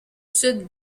sud